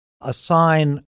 assign